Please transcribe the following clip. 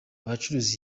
abacuruza